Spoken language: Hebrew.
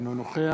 אינו נוכח